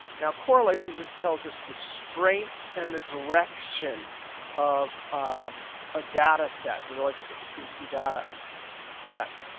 now, correlation just tells us the strength and the direction of um a data set. the relationship between two data sets.